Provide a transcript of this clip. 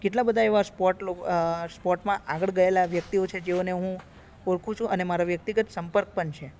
કેટલા બધા એવા સ્પોર્ટમાં આગળ ગયેલા વ્યક્તિઓ છે જેઓને હું ઓળખું છું અને મારા વ્યક્તિગત સંપર્ક પણ છે